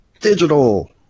Digital